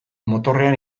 motorrean